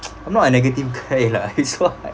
I'm not a negative guy lah it's so hard